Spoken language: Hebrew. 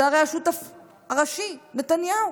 זה הרי השותף הראשי, נתניהו.